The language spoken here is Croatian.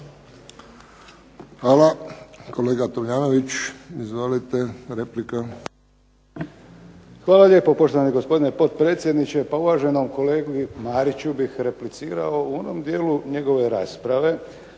Izvolite. **Tomljanović, Emil (HDZ)** Hvala lijepo poštovani gospodine potpredsjedniče. Pa uvaženom kolegi Mariću bi replicirao u onom dijelu njegove rasprave